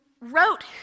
wrote